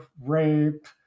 rape